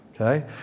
Okay